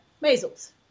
measles